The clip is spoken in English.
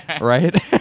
right